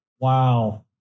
Wow